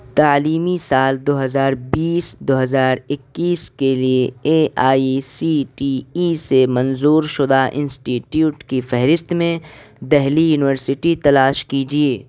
تعلیمی سال دو ہزار بیس دو ہزار اکیس کے لیے A I C T E سے منظور شدہ انسٹیٹیوٹ کی فہرست میں دہلی یونیورسٹی تلاش کیجیے